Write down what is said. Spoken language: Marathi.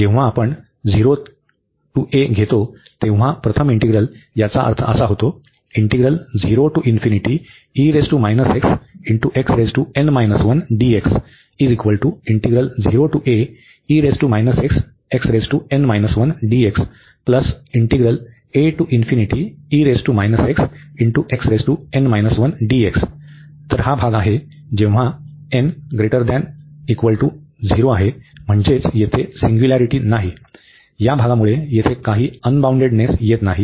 जेव्हा आपण 0 ते a घेतो तेव्हा प्रथम इंटीग्रल याचा अर्थ असा होतो तर हा भाग येथे आहे जेव्हा n ≥ 0 आहे म्हणजे येथे सिंग्युलरिटी नाही या भागामुळे येथे काही अनबाऊंडेडनेस येत नाही